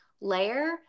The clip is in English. layer